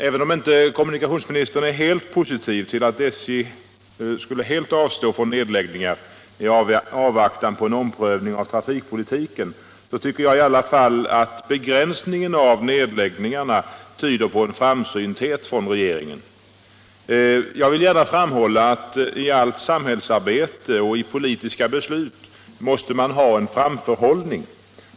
Även om kommunikationsministern inte är hundraprocentigt positiv till att SJ helt skulle avstå från nedläggningar i avvaktan på en omprövning av trafikpolitiken, så tycker jag i alla fall att begränsningen av nedläggningarna tyder på framsynthet från regeringen. Jag vill gärna framhålla att i allt samhällsarbete och i politiska beslut måste man ha en framförhållning.